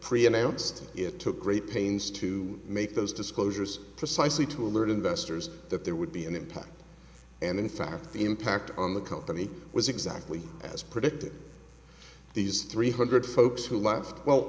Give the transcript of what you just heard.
pre announced it took great pains to make those disclosures precisely to alert investors that there would be an impact and in fact the impact on the company was exactly as predicted these three hundred folks who live well